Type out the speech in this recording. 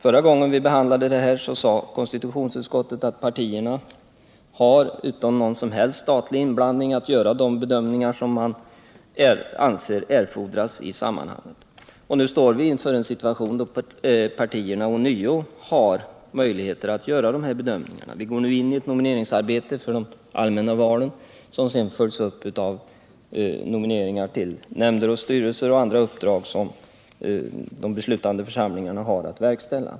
Förra gången vi behandlade frågan sade konstitutionsutskottet i sitt betänkande att partierna har att utan någon statlig inblandning göra de bedömningar som de anser erforderliga. Nu befinner vi oss i en situation då partierna ånyo har möjlighet att göra sådana bedömningar. De går nu in i nomineringsarbetet för de allmänna valen vilket sedan skall följas upp av nomineringar till nämnder, styrelser och andra uppdrag som de beslutande församlingarna har att verkställa.